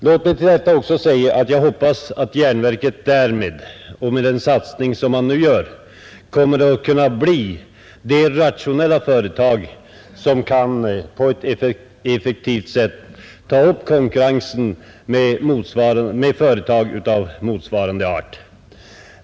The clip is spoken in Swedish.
Låt mig till detta också säga att jag hoppas att järnverket med den satsning som man nu gör skall kunna bli det rationella företag som på ett effektivt sätt kan ta upp konkurrensen med företag av motsvarande art.